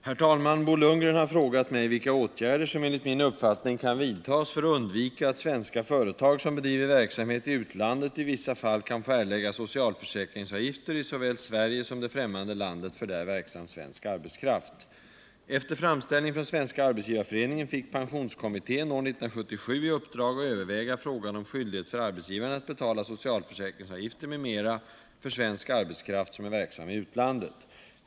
Herr talman! Bo Lundgren har frågat mig vilka åtgärder som enligt min uppfattning kan vidtas för att undvika att svenska företag som bedriver verksamhet i utlandet i vissa fall kan få erlägga socialförsäkringsavgifter i såväl Sverige som det främmande landet för där verksam svensk arbetskraft. Efter framställning från Svenska arbetsgivareföreningen fick pensionskommittén år 1977 i uppdrag att överväga frågan om skyldighet för arbetsgivaren att betala socialförsäkringsavgifter m.m. för svensk arbetskraft som är verksam i utlandet.